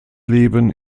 leben